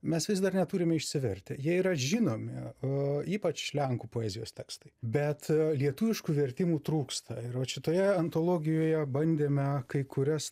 mes vis dar neturime išsivertę jie yra žinomi a ypač lenkų poezijos tekstai bet lietuviškų vertimų trūksta ir vat šitoje antologijoje bandėme kai kurias